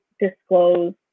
disclose